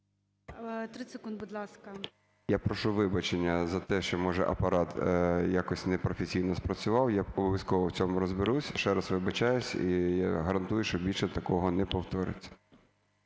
Я прошу вибачення за те, що може апарат якось непрофесійно спрацював, я обов'язково в цьому розберуся. Ще раз вибачаюсь і я гарантую, що більше такого не повториться.